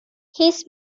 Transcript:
his